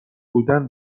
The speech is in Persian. بودن